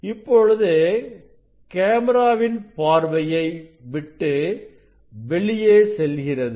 இப்பொழுது கேமராவின் பார்வையை விட்டு வெளியே செல்கிறது